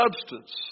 substance